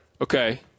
Okay